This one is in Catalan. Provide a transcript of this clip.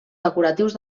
decoratius